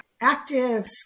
active